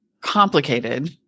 complicated